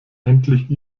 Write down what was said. endlich